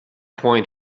point